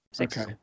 Okay